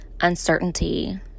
uncertainty